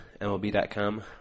MLB.com